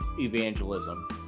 evangelism